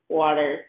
water